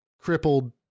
crippled